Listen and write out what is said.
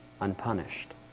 unpunished